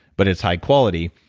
but it's high quality,